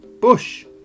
Bush